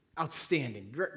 outstanding